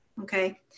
okay